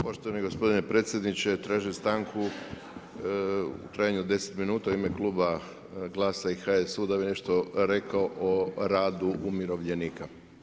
Poštovani gospodine predsjedniče, tražim stanku u trajanju od 10 minuta u ime Kluba GLAS-a i HSU da bi nešto rekao o radu umirovljenika.